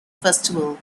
festival